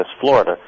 Florida